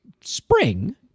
spring